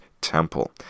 temple